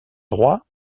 droit